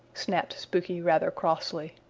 snapped spooky rather crossly.